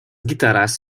guitarras